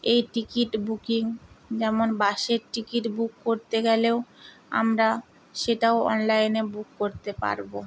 এই ticket booking যেমন বাসের টিকিট বুক করতে গেলেও আমরা সেটাও অনলাইনে বুক করতে পারবো